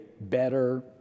better